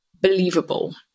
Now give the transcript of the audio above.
believable